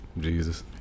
Jesus